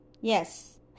Yes